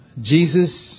Jesus